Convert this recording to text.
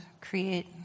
create